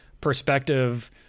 perspective